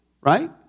Right